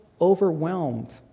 overwhelmed